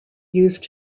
used